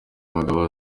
mugabo